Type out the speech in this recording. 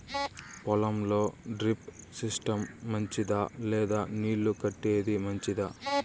పొలం లో drip system మంచిదా లేదా నీళ్లు కట్టేది మంచిదా?